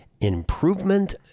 improvement